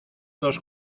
dos